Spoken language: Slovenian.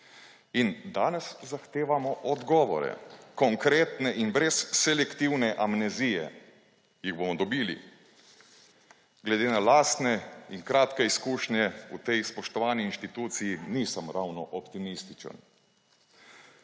In danes zahtevamo odgovore, konkreten in brez selektivne amnezije. Ali jih bomo dobili? Glede na lastne in kratke izkušnje v tej spoštovani instituciji nisem ravno optimističen.